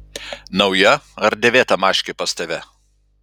nauja ar dėvėta maškė pas tave